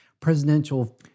Presidential